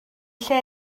lle